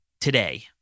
today